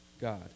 God